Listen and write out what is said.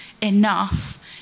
enough